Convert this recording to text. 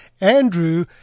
Andrew